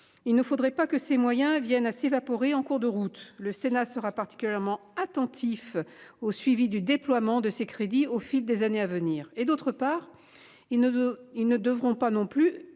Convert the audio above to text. il ne faudrait pas que ces moyens viennent à s'évaporer en cours de route, le Sénat sera particulièrement attentif au suivi du déploiement de ses crédits au fil des années à venir et d'autre part il ne ils ne devront pas non plus